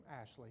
Ashley